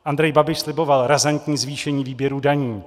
Andrej Babiš slibovat razantní zvýšení výběru daní.